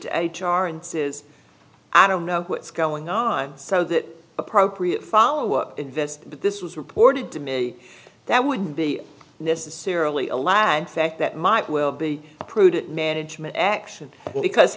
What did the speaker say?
to h r and says i don't know what's going on so that appropriate follow up invest but this was reported to me that wouldn't be necessarily a lad fact that might well be a prudent management action because